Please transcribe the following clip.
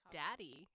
daddy